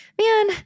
man